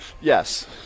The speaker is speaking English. Yes